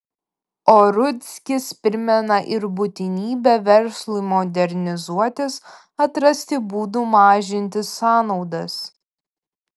o rudzkis primena ir būtinybę verslui modernizuotis atrasti būdų mažinti sąnaudas